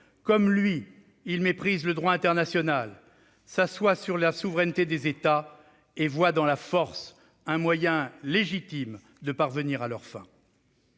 Comme lui, ils méprisent le droit international, s'assoient sur la souveraineté des États et voient dans la force un moyen légitime de parvenir à leurs fins.